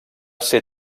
ser